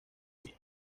bien